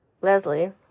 Leslie